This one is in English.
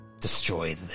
destroy